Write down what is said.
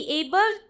able